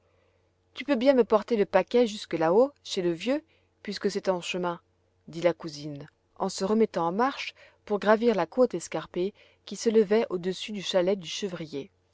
tu peux bien me porter le paquet jusque là-haut chez le vieux puisque c'est ton chemin dit la cousine en se remettant en marche pour gravir la côte escarpée qui s'élevait au-dessus du chalet du chevrier